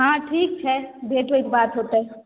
हँ ठीक छै भेंट होएत बात होतै